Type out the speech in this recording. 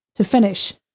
to finish.